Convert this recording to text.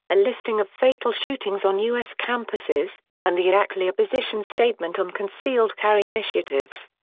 a listing of fatal shootings on u s. campuses, and the ah iaclea position statement on concealed-carry initiatives.